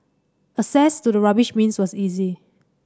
access to the rubbish bins was easy